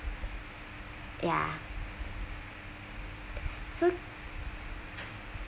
ya so